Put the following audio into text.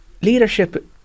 leadership